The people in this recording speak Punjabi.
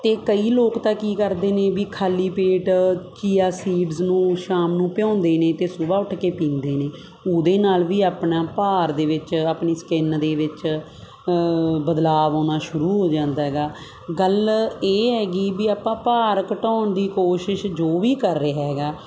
ਅਤੇ ਕਈ ਲੋਕ ਤਾਂ ਕੀ ਕਰਦੇ ਨੇ ਵੀ ਖਾਲੀ ਪੇਟ ਕੀਆ ਸੀਡਸ ਨੂੰ ਸ਼ਾਮ ਨੂੰ ਭਿਓਂਦੇ ਨੇ ਅਤੇ ਸੁਬਾਹ ਉੱਠ ਕੇ ਪੀਂਦੇ ਨੇ ਉਹਦੇ ਨਾਲ ਵੀ ਆਪਣਾ ਭਾਰ ਦੇ ਵਿੱਚ ਆਪਣੀ ਸਕਿਨ ਦੇ ਵਿੱਚ ਬਦਲਾਅ ਆਉਣਾ ਸ਼ੁਰੂ ਹੋ ਜਾਂਦਾ ਹੈਗਾ ਗੱਲ ਇਹ ਹੈਗੀ ਵੀ ਆਪਾਂ ਭਾਰ ਘਟਾਉਣ ਦੀ ਕੋਸ਼ਿਸ਼ ਜੋ ਵੀ ਕਰ ਰਿਹਾ ਹੈਗਾ